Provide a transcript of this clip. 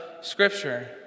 Scripture